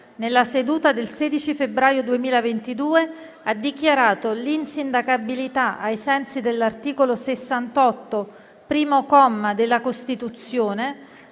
nella seduta del 16 febbraio 2022, ha dichiarato l'insindacabilità, ai sensi dell'articolo 68, primo comma, della Costituzione,